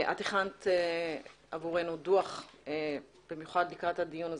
את הכנת עבורנו דוח במיוחד לקראת הדיון הזה.